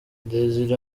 désiré